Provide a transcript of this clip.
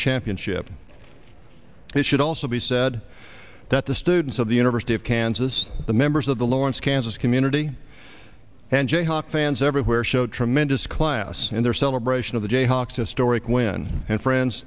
championship it should also be said that the students of the university of kansas the members of the lawrence kansas community and jayhawk fans everywhere showed tremendous class in their celebration of the jayhawks historic win and fr